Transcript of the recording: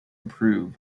improve